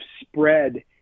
spread